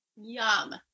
Yum